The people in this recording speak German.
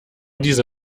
diese